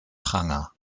pranger